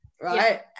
right